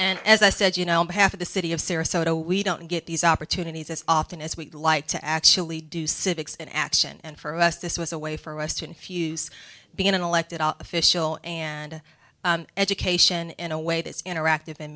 and as i said you know half of the city of sarasota we don't get these opportunities as often as we'd like to actually do civics in action and for us this was a way for us to infuse being an elected official and education in a way that's interactive and